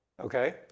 Okay